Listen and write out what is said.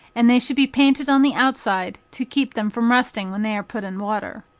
and they should be painted on the outside to keep them from rusting when they are put in water.